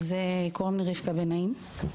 קוראים לי רבקה בן נעים.